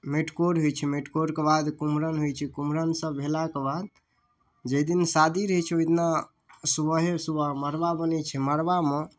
माटिकोर होइ छै माटिकोरके बाद कुम्हरम होइ छै कुम्हरम सब भेलाके बाद जाहि दिन शादी रहै छै ओहि दिना सुबहे सुबह मड़वा बनै छै मड़वामे